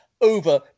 over